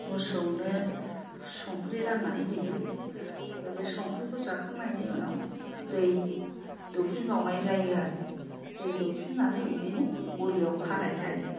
संख्रि रान्नानै होयो ओमफ्राय बे संख्रिखौ जाखांनायनि उनाव दै दौफिनबावनाय जायो आरो दै दौफिननानै बिदिनो गलियाव खानाय जायो